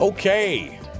okay